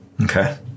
Okay